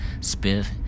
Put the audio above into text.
Spiff